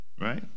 right